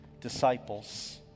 disciples